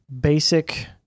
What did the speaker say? basic